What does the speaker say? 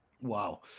Wow